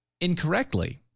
incorrectly